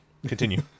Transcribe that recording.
Continue